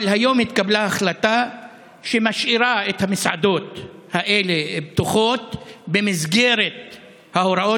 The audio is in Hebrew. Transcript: אבל היום התקבלה החלטה שמשאירה את המסעדות האלה פתוחות במסגרת ההוראות.